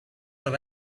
her